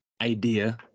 idea